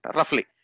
Roughly